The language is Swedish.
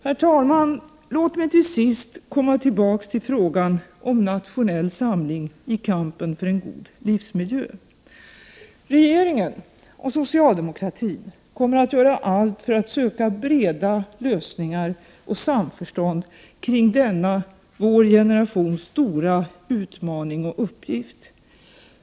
Herr talman! Låt mig till sist komma tillbaka till frågan om nationell samling i kampen för en god livsmiljö. Regeringen och socialdemokratin kommer att göra allt för att söka breda lösningar och samförstånd kring denna vår generations stora utmaning och uppgift.